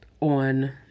on